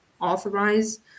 authorize